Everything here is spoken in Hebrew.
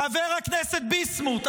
חבר הכנסת ביסמוט,